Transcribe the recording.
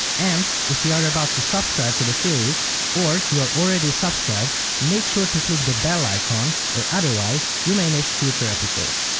and, if you are about to subscribe to the series or you are already subscribed, make sure to click the bell icon, or otherwise, you may miss future episodes.